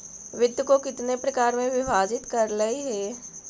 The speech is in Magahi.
वित्त को कितने प्रकार में विभाजित करलइ हे